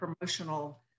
promotional